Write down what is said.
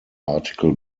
article